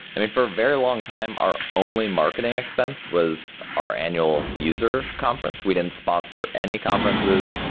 i mean for a very long time our only marketing expense was our annual user conference. we didn't sponsor any conferences.